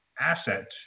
asset